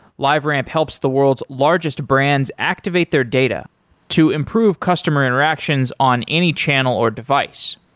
liveramp helps the world's largest brands activate their data to improve customer interactions on any channel or device.